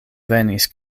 venis